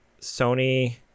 Sony